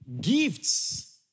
Gifts